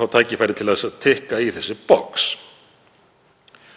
fá tækifæri til að tikka í þessi box.